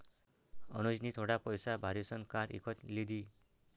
अनुजनी थोडा पैसा भारीसन कार इकत लिदी